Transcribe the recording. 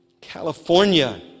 California